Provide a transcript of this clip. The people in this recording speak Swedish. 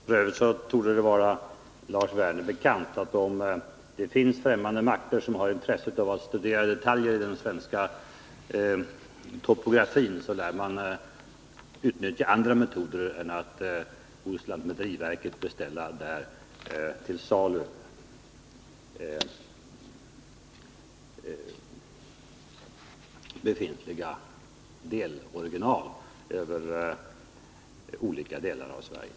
F. ö. torde det vara Lars Werner bekant att främmande makter som har intresse för detaljer i den svenska topografin, lär kunna utnyttja andra metoder än att köpa karta hos lantmäteriverket.